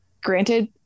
granted